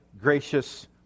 gracious